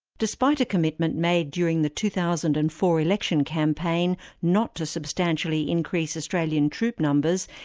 despite a commitment made during the two thousand and four election campaign not to substantially increase australian troop numbers,